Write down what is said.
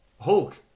Hulk